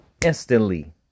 instantly